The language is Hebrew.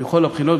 מכל הבחינות.